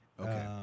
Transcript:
Okay